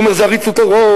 הוא אומר: זה עריצות הרוב,